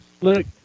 Look